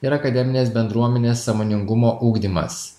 ir akademinės bendruomenės sąmoningumo ugdymas